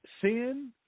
sin